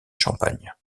champagne